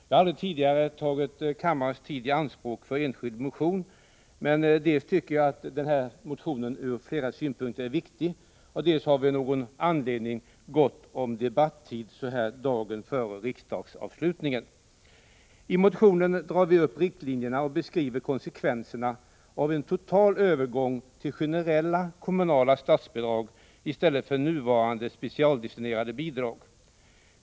Jag har aldrig tidigare tagit kammarens tid i anspråk för en enskild motion, men dels är motionen ur flera synpunkter viktig, dels har vi av någon anledning gott om debattid så här dagen före riksdagsavslutningen. I motionen drar vi upp riktlinjerna och beskriver konsekvenserna av en total övergång till generella kommunala statsbidrag i stället för nuvarande specialdestinerade bidrag.